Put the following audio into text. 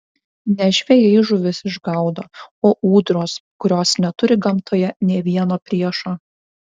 ne žvejai žuvis išgaudo o ūdros kurios neturi gamtoje nė vieno priešo